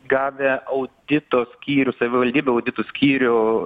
gavę audito skyrių savivaldybių audito skyrių